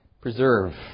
preserve